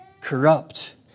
corrupt